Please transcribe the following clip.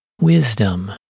wisdom